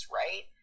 right